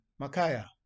Makaya